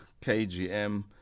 KGM